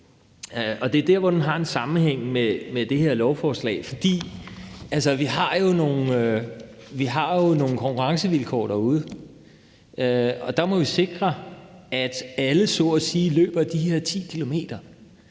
Det er der, hvor det har en sammenhæng med det her lovforslag. For vi har jo nogle konkurrencevilkår derude, og der må vi sikre, at alle så at sige løber